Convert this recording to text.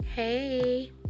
Hey